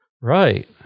Right